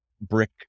brick